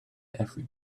every